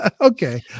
Okay